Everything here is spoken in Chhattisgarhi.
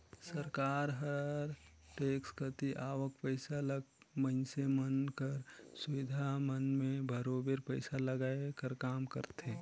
सरकार हर टेक्स कती आवक पइसा ल मइनसे मन कर सुबिधा मन में बरोबेर पइसा लगाए कर काम करथे